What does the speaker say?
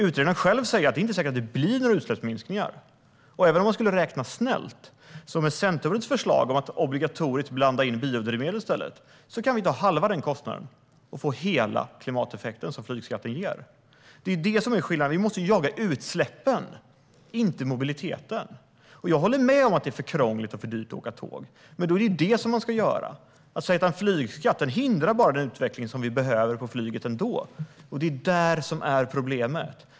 Utredaren själv säger att det inte är säkert att det blir några utsläppsminskningar. Och även om man skulle räkna snällt skulle vi med Centerpartiets förslag, om att i stället göra det obligatoriskt att blanda in biodrivmedel, kunna ta halva den kostnaden och ändå få hela den klimateffekt som flygskatten ger. Det är det som är skillnaden. Vi måste jaga utsläppen, inte mobiliteten. Jag håller med om att det är för krångligt och för dyrt att åka tåg. Men då är det det här man ska göra. En flygskatt hindrar bara den utveckling som flyget ändå behöver. Det är det som är problemet.